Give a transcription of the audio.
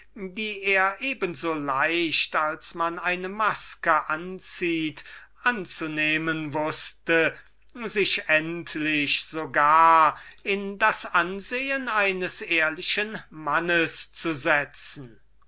die er eben so leicht als man eine maskerade kleidung anzieht affektieren konnte so bald er ihrer vonnöten hatte sich endlich so gar in das ansehen eines ehrlichen mannes zu setzen